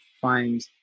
find